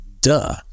duh